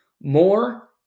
more